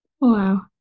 Wow